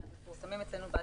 מפורסמים אצלנו באתר,